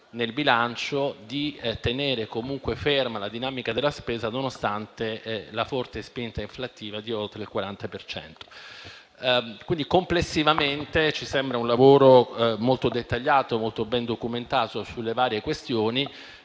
nel bilancio di tenere ferma la dinamica della spesa, nonostante la forte spinta inflattiva di oltre il 40 per cento. Quindi, complessivamente ci sembra un lavoro molto dettagliato e ben documentato sulle varie questioni.